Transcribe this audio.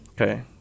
Okay